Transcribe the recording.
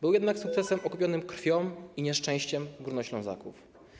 Był jednak sukcesem okupionym krwią i nieszczęściem Górnoślązaków.